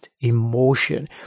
emotion